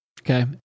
okay